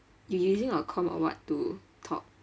you using your comp or what to talk